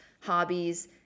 hobbies